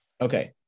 Okay